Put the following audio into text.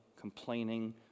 complaining